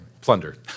plunder